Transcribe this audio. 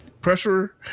pressure